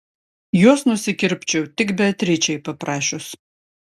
juos nusikirpčiau tik beatričei paprašius